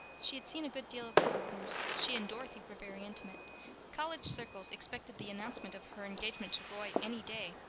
she had seen a good deal of the gardners she and dorothy were very intimate college circles expected the announcement of her engagement to roy any day.